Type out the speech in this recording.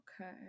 okay